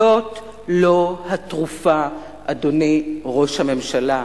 זאת לא התרופה, אדוני ראש הממשלה,